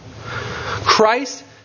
Christ